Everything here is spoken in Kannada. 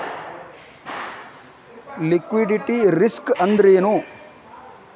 ಲಿಕ್ವಿಡಿಟಿ ರಿಸ್ಕ್ ಅಂದ್ರೇನು?